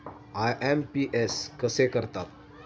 IMPS कसे करतात?